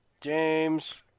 James